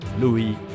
Louis